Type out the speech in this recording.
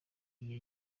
iya